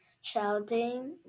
shouting